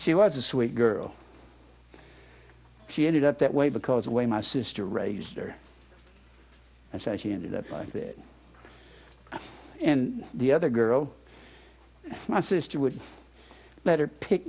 she was a sweet girl she ended up that way because the way my sister raised her so she ended up like that and the other girl my sister would let her pick